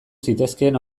zitezkeen